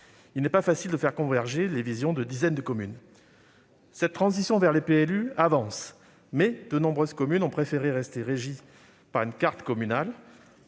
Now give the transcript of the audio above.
il n'est pas facile de faire converger les visions de dizaines de communes. La transition vers le PLU avance, mais de nombreuses communes ont préféré rester régies par une carte communale